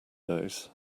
those